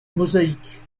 mosaïques